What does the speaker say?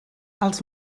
els